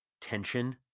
Tension